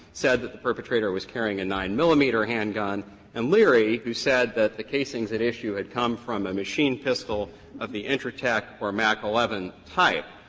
said that the perpetrator was carrying a nine millimeter handgun and leary, who said that the casings at issue had come from a machine pistol of the intratec or mac eleven type,